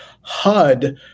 HUD